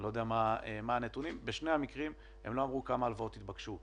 בשני המקרים הם לא אמרו כמה הלוואות התבקשו.